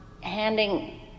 handing